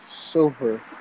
super